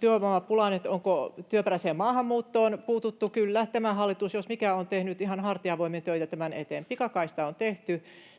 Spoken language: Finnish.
työvoimapulasta, siitä, onko työperäiseen maahanmuuttoon puututtu: Kyllä, tämä hallitus jos mikä on tehnyt ihan hartiavoimin töitä tämän eteen. Pikakaista on tehty.